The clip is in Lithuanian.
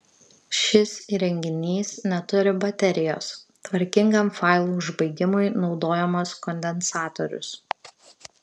šis įrenginys neturi baterijos tvarkingam failų užbaigimui naudojamas kondensatorius